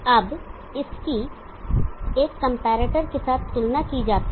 अब इसकी एक कंपैरेटर के साथ तुलना की जाती है